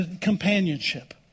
companionship